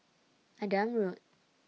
Adam Road